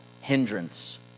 hindrance